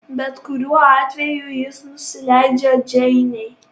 bet kuriuo atveju ji nusileidžia džeinei